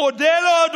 מודה לו,